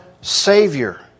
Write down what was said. Savior